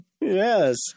Yes